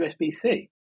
USB-C